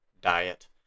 diet